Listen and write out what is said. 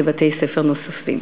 לבתי-ספר נוספים.